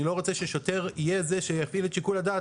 אני לא רוצה ששוטר יהיה זה שיפעיל את שיקול הדעת,